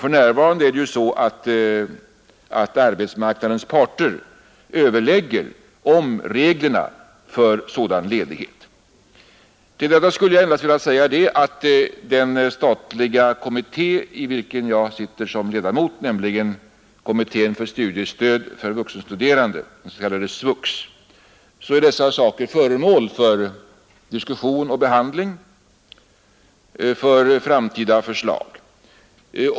För närvarande överlägger arbetsmarknadens parter om reglerna för sådan ledighet. Till detta vill jag endast lägga, att i den statliga kommitté där jag sitter som ledamot, nämligen kommittén för studiestöd för vuxenstuderande, SVUX, är dessa saker föremål för diskussion och behandling för framtida förslag.